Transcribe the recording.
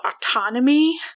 autonomy